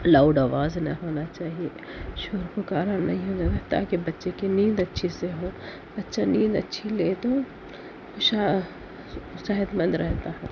loud آواز نہ ہونا چاہیے شور و پکارا نہیں ہونا چاہیے تاکہ بچے کی نیند اچھے سے ہو بچہ نیند اچھی لے تو صحت مند رہتا ہے